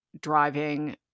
driving